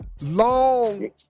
Long